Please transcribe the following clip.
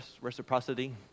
reciprocity